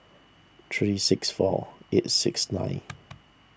three six four eight six nine